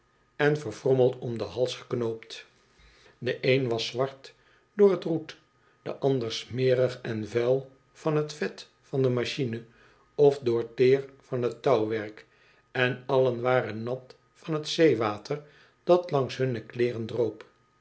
en verfrommeld om den hals geknoopt de een was zwart door het roet de andere smerig en vuil van het vet van de machine of door teer van het touwwerk en allen waren nat van het zeewater dat langs hunne kleereh droop